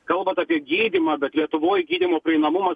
kalbant apie gydymą bet lietuvoj gydymo prieinamumas